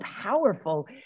powerful